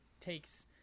takes